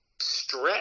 stretch